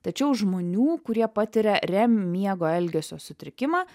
tačiau žmonių kurie patiria rem miego elgesio sutrikimą